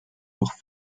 auch